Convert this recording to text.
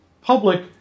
Public